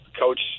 coach